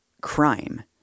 crime